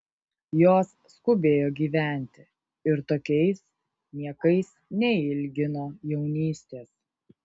jos skubėjo gyventi ir tokiais niekais neilgino jaunystės